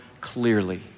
clearly